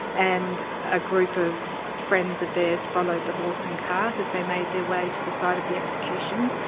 and a group of friends of theirs followed the horse and cart as they made their way to the site of the execution,